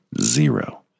Zero